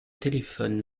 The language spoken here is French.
téléphone